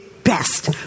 best